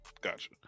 Gotcha